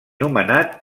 nomenat